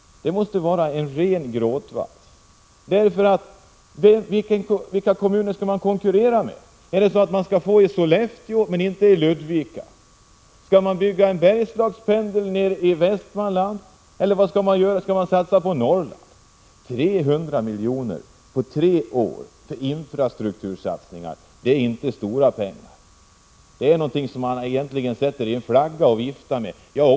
Det är väl ändå en ren gråtvals. Vilka kommuner skulle man konkurrera med? Är det så att Sollefteå skall få pengar men inte Ludvika? Skall man bygga en Bergslagspendel genom Västmanland eller skall man satsa på Norrland? 300 milj.kr. under tre år för infrastruktursatsning är inte mycket pengar. Det är egentligen någonting som man kan sätta i en flagga och vifta med. Jag — Prot.